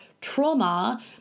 trauma